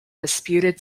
disputed